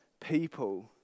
people